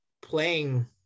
playing